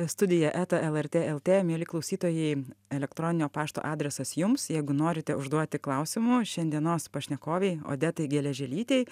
studija eta lrt lt mieli klausytojai elektroninio pašto adresas jums jeigu norite užduoti klausimų šiandienos pašnekovei odetai geležėlytei